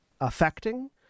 affecting